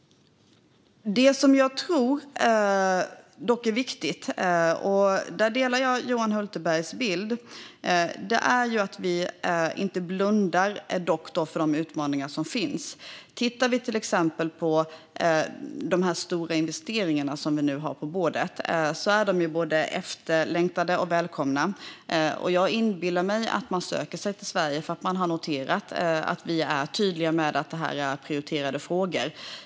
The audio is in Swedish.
Det är dock viktigt att vi inte blundar för de utmaningar som finns. Där delar jag Johan Hultbergs bild. Till exempel är de stora investeringar som vi nu har på bordet både efterlängtade och välkomna. Jag inbillar mig att man söker sig till Sverige för att man har noterat att vi är tydliga med att detta är prioriterade frågor.